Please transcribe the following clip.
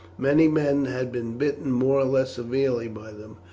many men had been bitten more or less severely by them,